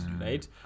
Right